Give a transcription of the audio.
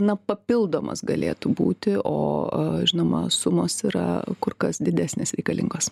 na papildomas galėtų būti o žinoma sumos yra kur kas didesnės reikalingos